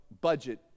budget